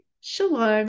Shalom